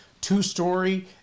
two-story